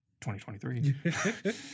2023